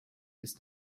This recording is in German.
ist